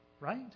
right